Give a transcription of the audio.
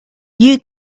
you